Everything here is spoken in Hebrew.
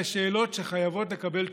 יש שאלות שחייבות לקבל תשובות.